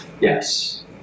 Yes